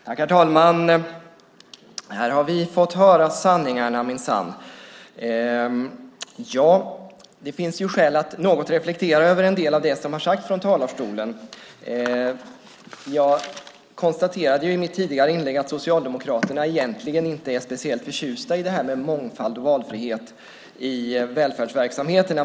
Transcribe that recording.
Herr talman! Här har vi fått höra sanningarna minsann! Det finns skäl att reflektera något över en del av det som har sagts. Jag konstaterade i mitt tidigare inlägg att Socialdemokraterna egentligen inte är speciellt förtjusta i mångfald och valfrihet i välfärdsverksamheten.